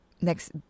next